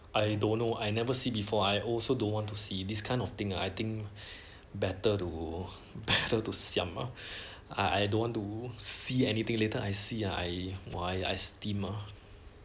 I don't know I never see before I also don't want to see this kind of thing I think better to better to siam mah I I don't want to see anything later I see I why I steam ah